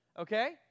okay